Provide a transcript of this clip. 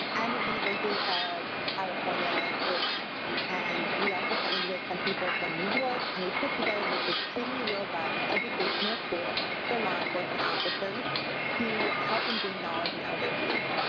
and university of california irvine and we also partnered with some people from new york and we put together this extremely robust educational tool for law enforcement officers to help them gain knowledge in elder abuse.